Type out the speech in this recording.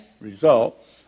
result